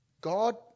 God